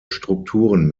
strukturen